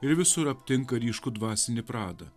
ir visur aptinka ryškų dvasinį pradą